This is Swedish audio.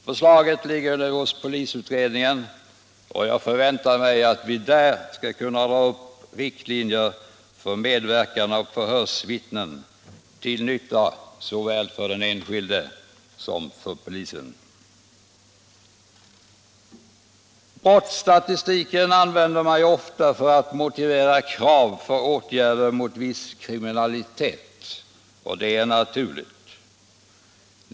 Förslaget ligger nu hos polisutredningen, och jag förväntar mig att vi där skall kunna dra upp riktlinjer för medverkan av förhörsvittnen till nytta såväl för den enskilde som för polisen. Brottsstatistiken används ofta för att motivera krav på åtgärder mot viss kriminalitet, och det är naturligt.